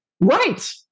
Right